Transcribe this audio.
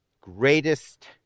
greatest